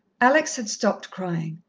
alex had stopped crying.